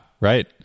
right